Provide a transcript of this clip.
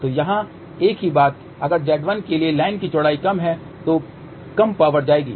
तो यहाँ एक ही बात अगर Z1 के लिए लाइन की चौड़ाई कम है तो कम पावर जाएगी